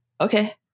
Okay